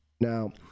Now